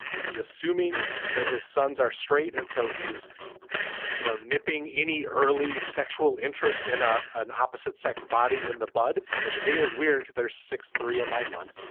is he assuming that his sons are straight and so he's you know nipping any early sexual interest in ah an opposite sex body in the bud. which is weird. they're six three and nine months.